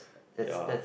ya